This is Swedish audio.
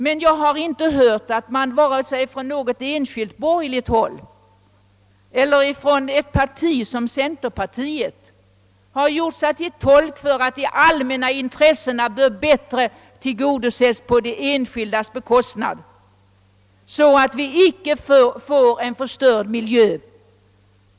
Men jag har inte hört att man vare sig från något enskilt borgerligt håll eller från centerpartiet gjort sig till tolk för att det allmänna bör tillgodoses på de enskildas bekostnad, så att vi räddas från en förstörd miljö.